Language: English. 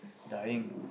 dying